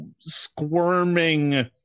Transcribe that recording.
squirming